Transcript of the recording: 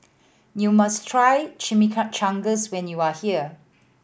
you must try Chimichangas when you are here